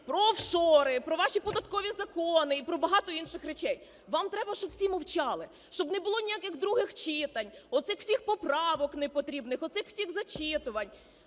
про офшори, про ваші податкові закони і про багато інших речей. Вам треба, щоб всі мовчали, щоб не було ніяких других читань, оцих всіх поправок непотрібних, оцих всіх зачитувань,